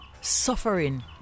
suffering